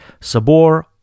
Sabor